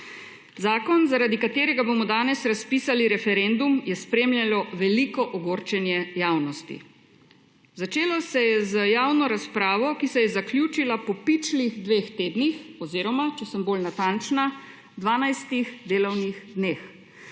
Zakon, zaradi katerega bomo danes razpisali referendum, je spremljajo veliko ogorčenje javnosti. Začelo se je z javno razpravo, ki se je zaključila po pičlih dveh tednih oziroma če sem bolj natančna, 12 delovnih dneh.